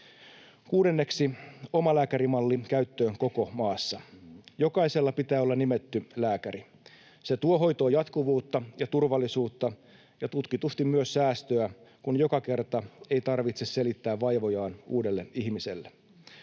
Kuudenneksi: Omalääkärimalli käyttöön koko maassa. Jokaisella pitää olla nimetty lääkäri. Se tuo hoitoon jatkuvuutta ja turvallisuutta ja tutkitusti myös säästöä, kun joka kerta ei tarvitse selittää vaivojaan uudelle ihmiselle.